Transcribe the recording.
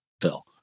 phil